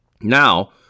Now